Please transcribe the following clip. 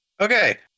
Okay